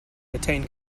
attain